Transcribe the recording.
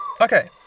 Okay